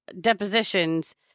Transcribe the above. depositions